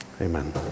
Amen